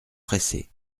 pressés